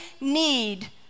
need